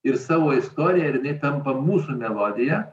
ir savo istoriją ir jinai tampa mūsų melodija